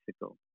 Mexico